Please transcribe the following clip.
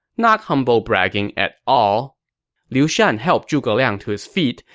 not humble-bragging at all liu shan helped zhuge liang to his feet,